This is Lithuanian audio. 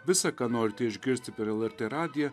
visa ką norite išgirsti per lrt radiją